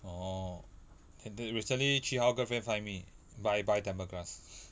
orh then the recently chee hao girlfriend find me buy buy tempered glass